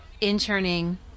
interning